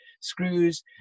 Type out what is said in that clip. screws